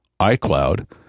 iCloud